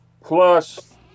Plus